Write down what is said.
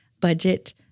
budget